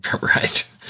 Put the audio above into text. Right